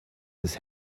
his